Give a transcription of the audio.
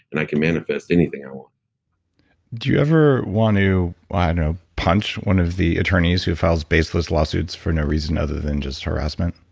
and i can manifest anything i want do you ever want to, i don't know, punch one of the attorneys who files baseless lawsuits for no reason, other than just harassment?